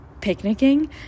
picnicking